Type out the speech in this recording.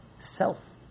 self